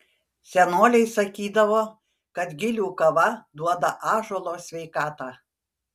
senoliai sakydavo kad gilių kava duoda ąžuolo sveikatą